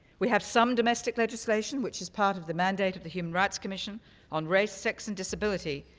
we have some domestic legislation, which is part of the mandate of the human rights commission on race, sex, and disability,